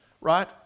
Right